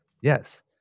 Yes